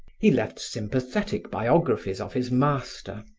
he left sympathetic biographies of his master,